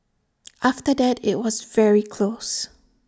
after that IT was very close